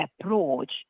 approach